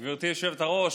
גברתי היושבת-ראש,